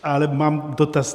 Ale mám dotaz.